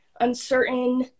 uncertain